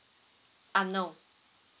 um no